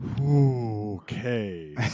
Okay